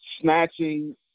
snatching